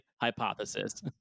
hypothesis